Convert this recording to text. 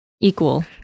equal